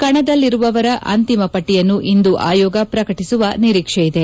ಕಣದಲ್ಲಿರುವವರ ಅಂತಿಮ ಪಟ್ಟಿಯನ್ನು ಇಂದು ಆಯೋಗ ಪ್ರಕಟಿಸುವ ನಿರೀಕ್ಷೆಯಿದೆ